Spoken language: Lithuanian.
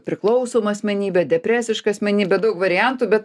priklausoma asmenybė depresiška asmenybė daug variantų bet